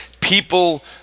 People